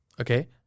Okay